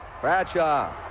Bradshaw